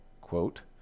Quote